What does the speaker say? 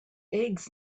eggs